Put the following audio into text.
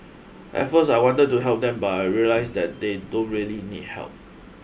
at first I wanted to help them but I realised that they don't really need help